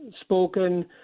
spoken